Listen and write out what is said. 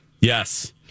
Yes